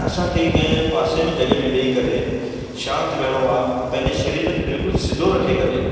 असांखे कंहिं पासे में जॻह में वेही करे शांति विहिणो आहे पंहिंजे सरीर खे बिल्कुलु सिधो रखी करे